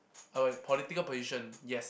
a political position yes